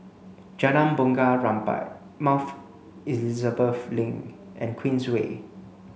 Jalan Bunga Rampai Elizabeth Link and Queensway